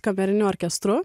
kameriniu orkestru